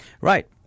Right